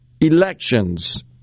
elections